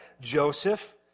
Joseph